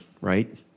right